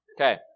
Okay